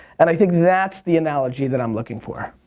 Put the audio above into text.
and i think that's the analogy that i'm looking for,